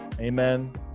Amen